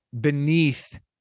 beneath